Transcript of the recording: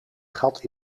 gat